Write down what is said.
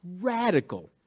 radical